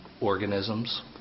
organisms